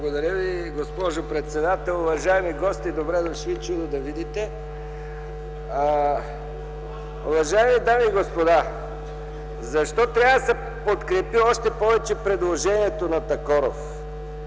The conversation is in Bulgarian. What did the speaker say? Благодаря Ви, госпожо председател. Уважаеми гости, добре дошли, чудо да видите! (Смях и реплики.) Уважаеми дами и господа! Защо трябва да се подкрепи още повече предложението на Такоров?